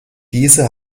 diese